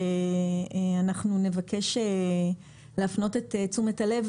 אנחנו נבקש להפנות את תשומת הלב.